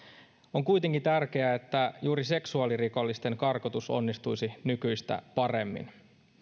on kuitenkin tärkeää että juuri seksuaalirikollisten karkotus onnistuisi nykyistä paremmin